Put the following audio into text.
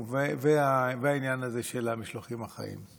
והעניין הזה של המשלוחים החיים.